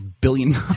billion